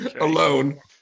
alone